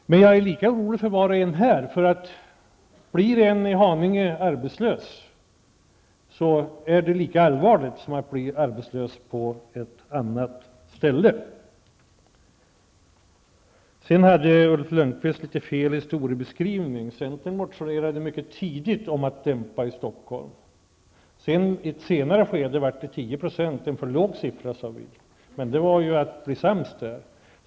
Men jag är lika orolig för var och en här. Det är lika allvarligt att bli arbetslös i Haninge som att bli det på någon annan ort. Ulf Lönnqvist hade litet fel i sin historiebeskrivning. Centern motionerade mycket tidigt om att dämpa överhettningen i Stockholm. I ett senare skede blev det 10 %, en för låg siffra, sade vi. Men det var ju för att bli sams det.